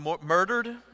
murdered